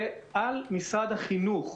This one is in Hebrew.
ועל משרד החינוך.